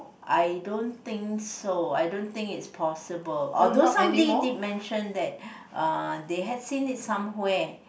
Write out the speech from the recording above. I don't think so I don't think it's possible or those thing mentioned that uh they have seen in somewhere